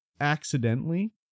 accidentally